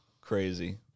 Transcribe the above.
Crazy